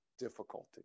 Difficulty